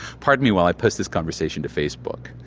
pardon me while i post this conversation to facebook.